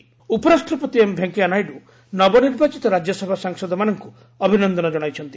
ଭେଙ୍କାୟା ନାଇଡୁ ଉପରାଷ୍ଟ୍ରପତି ଏମ୍ ଭେଙ୍କେୟା ନାଇଡୁ ନବ ନିର୍ବାଚିତ ରାଜ୍ୟସଭା ସାଂସଦମାନଙ୍କୁ ଅଭିନନ୍ଦନ କଣାଇଛନ୍ତି